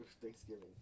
Thanksgiving